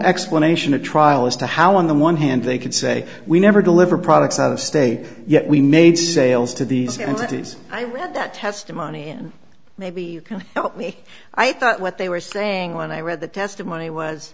explanation a trial as to how on the one hand they could say we never deliver products out of state yet we made sales to these entities i read that testimony and maybe you can help me i thought what they were saying when i read the testimony was